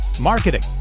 marketing